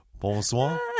Bonsoir